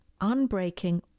unbreaking